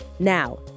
Now